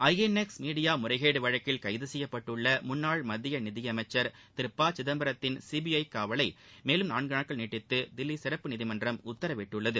ஐ N X media முறைகேடு வழக்கில் கைது செய்யப்பட்டுள்ள முன்னாள் மத்திய நிதி அமைச்சா் திரு ப சிதம்பரத்தின் சி பி ஐ காவல் மேலும் நான்கு நாட்கள் நீட்டித்து தில்லி சிறப்பு நீதிமன்றம் உத்தரவிட்டுள்ளது